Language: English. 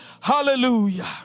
hallelujah